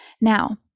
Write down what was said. Now